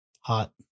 Hot